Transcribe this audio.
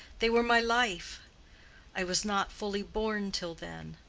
they were my life i was not fully born till then.